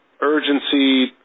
urgency